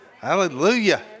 Hallelujah